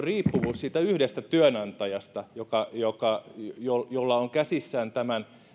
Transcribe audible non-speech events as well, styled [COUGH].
[UNINTELLIGIBLE] riippuvuus siitä yhdestä työantajasta jolla on käsissään tämän